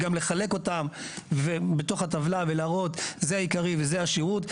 וגם לחלק אותם בתוך הטבלה ולהראות שזה העיקרי וזה השירות.